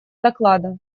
доклада